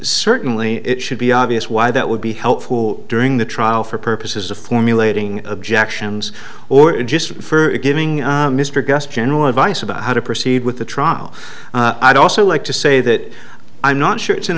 certainly it should be obvious why that would be helpful during the trial for purposes of formulating objections or in just for giving mr gus general advice about how to proceed with the trial i'd also like to say that i'm not sure it's an